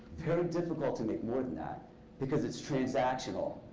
sort of difficult to make more than that because it's transactional.